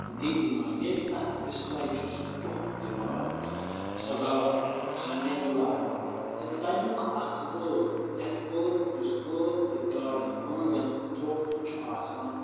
دِگ معنی تتھ بَسلے چھُ سُہ ٹۅپھ دِوان سۅ گاڈ سۅ نٮ۪نٛگلاوان تہٕ تمیُک اکھ وٲل یَتھ وٲل یُس وٲل گاڈٕ ہٲنٛزن ترٛوومُت چھُ آسان